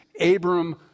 Abram